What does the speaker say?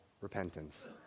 repentance